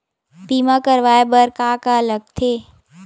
बीमा करवाय बर का का लगथे?